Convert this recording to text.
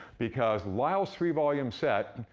because lyell's three-volume set,